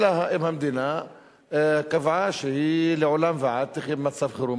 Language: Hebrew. אלא אם המדינה קבעה שהיא לעולם ועד תחיה במצב חירום.